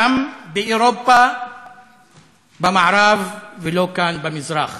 שם באירופה, במערב, ולא כאן במזרח.